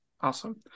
Awesome